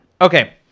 okay